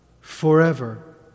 forever